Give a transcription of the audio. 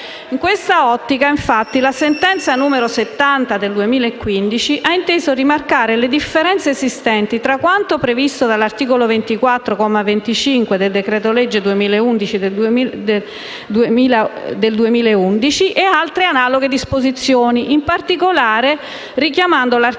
in questa ottica, infatti, la sentenza n. 70 del 2015 ha inteso rimarcare le differenze esistenti tra quanto previsto dall'articolo 24, comma 25, del decreto-legge n. 201 del 2011 e altre analoghe disposizioni in materia, in particolare richiamando l'articolo